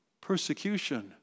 persecution